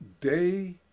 day